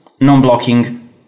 non-blocking